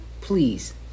please